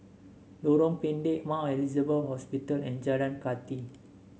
Lorong Pendek Mount Elizabeth Hospital and Jalan Kathi